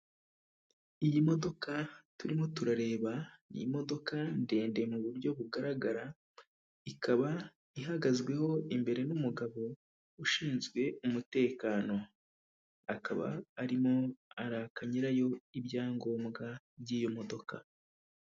Iyi modoka turimo turareba ni imodoka ndende mu buryo bugaragara, ikaba ihagazweho imbere n'umugabo ushinzwe umutekano, akaba arimo araka nyirayo ibyangombwa by'iyo modoka.